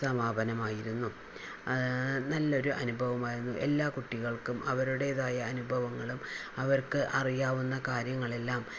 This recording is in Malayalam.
സമാപനമായിരുന്നു നല്ലൊരു അനുഭവമായിരുന്നു എല്ലാ കുട്ടികൾക്കും അവരുടേതായ അനുഭവങ്ങളും അവർക്ക് അറിയാവുന്ന കാര്യങ്ങളെല്ലാം